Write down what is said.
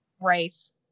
race